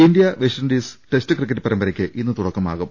India West Indies test cricket പരമ്പരക്ക് ഇന്ന് തുടക്കമാകും